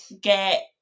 get